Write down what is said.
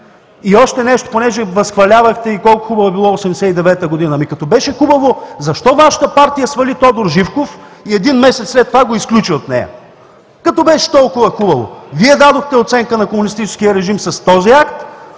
Още нещо, понеже възхвалявахте и колко хубаво е било 1989 г. – ами като беше хубаво, защо Вашата партия свали Тодор Живков и един месец след това го изключи от нея, като беше толкова хубаво? Вие дадохте оценка на комунистическия режим с този акт